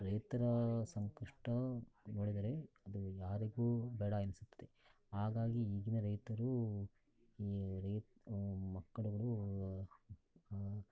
ರೈತರ ಸಂಕಷ್ಟ ನೋಡಿದರೆ ಅದು ಯಾರಿಗೂ ಬೇಡ ಎನ್ನಿಸುತ್ತದೆ ಹಾಗಾಗಿ ಈಗಿನ ರೈತರು ಮಕ್ಕಳು